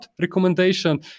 recommendation